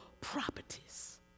properties